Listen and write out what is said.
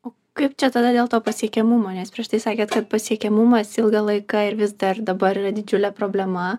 o kaip čia tada dėl to pasiekiamumo nes prieš tai sakėt kad pasiekiamumas ilgą laiką ir vis dar dabar yra didžiulė problema